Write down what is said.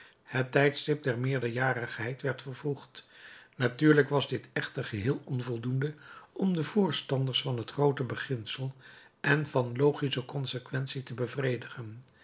het tijdstip der meerderjarigheid werd vervroegd natuurlijk was dit echter geheel onvoldoende om de voorstanders van het groote beginsel en van logische consequentie te bevredigen